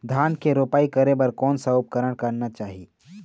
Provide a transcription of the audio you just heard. धान के रोपाई करे बर कोन सा उपकरण करना चाही?